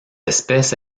espèce